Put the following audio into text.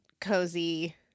cozy